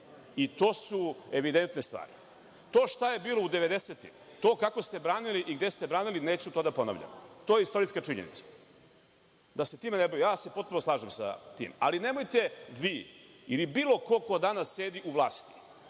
i to su evidentne stvari. To šta je bilo u 90-im, to kako ste branili i gde ste branili, neću to da ponavljam, to je istorijska činjenica, da se time ne bavim. Potpuno se slažem sa tim, ali nemojte vi ili bilo ko danas sedi u vlasti,